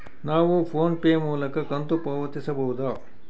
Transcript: ನಾವು PhonePe ಮೂಲಕ ಕಂತು ಪಾವತಿಸಬಹುದಾ?